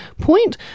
point